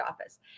office